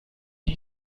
die